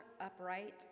upright